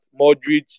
Modric